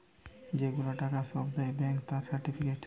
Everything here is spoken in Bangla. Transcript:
যে গুলা টাকা সব দেয় ব্যাংকে তার সার্টিফিকেট